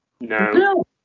No